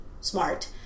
smart